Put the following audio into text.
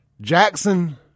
Jackson